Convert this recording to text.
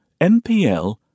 NPL